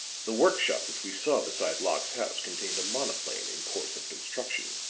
the work-shop which we saw beside locke's house contained a monoplane in course of construction